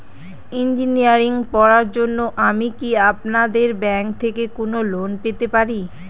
Engineering পড়ার জন্য আমি কি আপনাদের ব্যাঙ্ক থেকে কোন লোন পেতে পারি?